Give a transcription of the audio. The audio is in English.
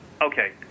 okay